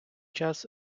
час